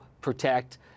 protect